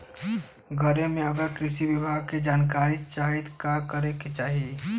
घरे से अगर कृषि विभाग के जानकारी चाहीत का करे के चाही?